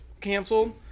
canceled